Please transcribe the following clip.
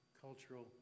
cultural